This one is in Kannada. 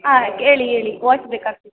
ಹಾಂ ಕೇಳಿ ಹೇಳಿ ವಾಚ್ ಬೇಕಾಗ್ತಿತ್ತು